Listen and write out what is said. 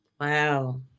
Wow